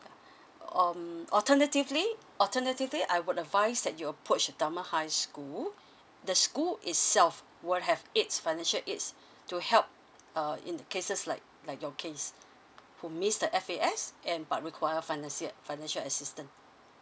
um alternatively alternatively I would advise that you approach dunman high school the school itself will have aids financial aids to help uh in the cases like like your case who miss the F_A_S and but require finance yet financial assistance